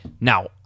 now